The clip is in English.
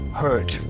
hurt